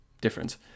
difference